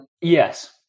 Yes